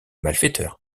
malfaiteurs